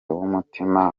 w’umutima